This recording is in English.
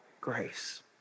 grace